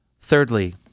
Thirdly